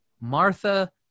Martha